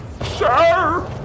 Sir